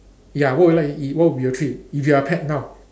ya what would you like to eat what will be your treat if you are a pet now